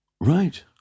right